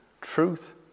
truth